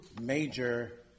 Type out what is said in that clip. major